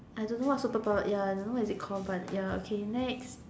I don't know what superpower ya I don't know what is it call but ya okay next